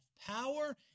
power